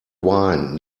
wine